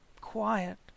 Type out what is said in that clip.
quiet